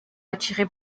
attiré